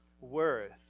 worth